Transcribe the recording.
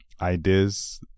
ideas